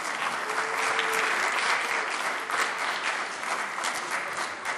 (מחיאות כפיים)